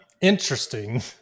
interesting